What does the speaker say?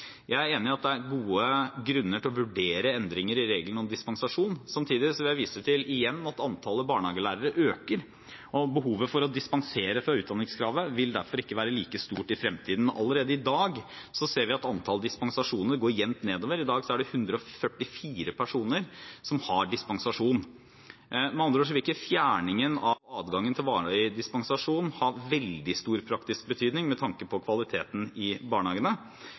Jeg er enig i at det er gode grunner til å vurdere endringer i reglene om dispensasjon. Samtidig vil jeg – igjen – vise til at antallet barnehagelærere øker, og behovet for å dispensere fra utdanningskravet vil derfor ikke være like stort i fremtiden. Allerede i dag ser vi at antallet dispensasjoner går jevnt nedover. I dag er det 144 personer som har dispensasjon. Med andre ord vil ikke fjerningen av adgangen til varig dispensasjon ha veldig stor praktisk betydning med tanke på kvaliteten i barnehagene.